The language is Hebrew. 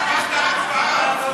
אמרת הצבעה.